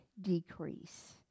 decrease